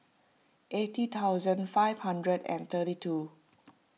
eighty thousand five hundred and thirty two